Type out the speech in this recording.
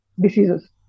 diseases